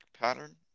pattern